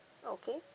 okay